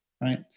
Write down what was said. right